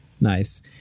Nice